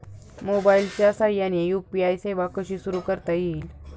मोबाईलच्या साहाय्याने यू.पी.आय सेवा कशी सुरू करता येईल?